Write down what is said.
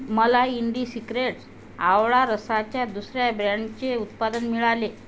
मला ईंडीसिक्रेट्स आवळा रसाच्या दुसर्या ब्रँडचे उत्पादन मिळाले